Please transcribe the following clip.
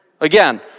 Again